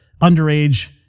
underage